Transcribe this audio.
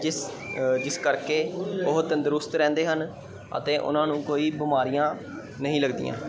ਜਿਸ ਜਿਸ ਕਰਕੇ ਉਹ ਤੰਦਰੁਸਤ ਰਹਿੰਦੇ ਹਨ ਅਤੇ ਉਹਨਾਂ ਨੂੰ ਕੋਈ ਬਿਮਾਰੀਆਂ ਨਹੀਂ ਲੱਗਦੀਆਂ